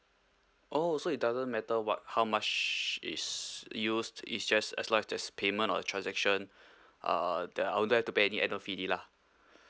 oh so it doesn't matter what how much is used is just as long as there's payment or transaction uh then I don't have to pay any annual fee lah